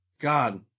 God